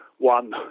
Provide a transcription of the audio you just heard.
one